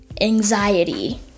anxiety